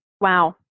Wow